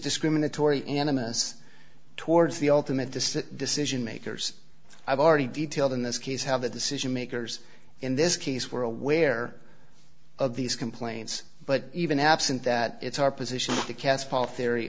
discriminatory animists towards the ultimate the decision makers i've already detailed in this case have the decision makers in this case were aware of these complaints but even absent that it's our position to cast paul theory